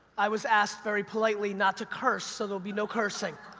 i was asked very politely not to curse, so they'll be no cursing.